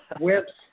Whips